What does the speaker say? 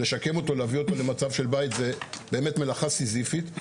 לשקם אותו ולהביא אותו למצב של בית זאת באמת מלאכה סזיפית,